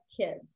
kids